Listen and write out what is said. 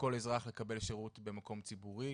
של כל אזרח לקבל שירות במקום ציבורי.